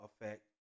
effect